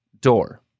door